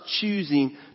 choosing